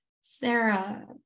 sarah